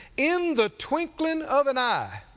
in the twinkling of an eye,